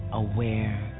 aware